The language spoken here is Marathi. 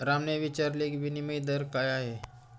रामने विचारले, विनिमय दर काय आहे?